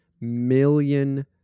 million